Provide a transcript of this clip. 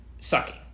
sucking